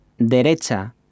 derecha